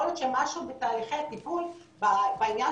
יכול להיות שמשהו בתהליכי הטיפול בעניין